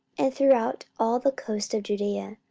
and throughout all the coasts of judaea,